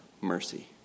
mercy